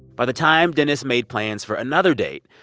by the time dennis made plans for another date,